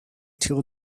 till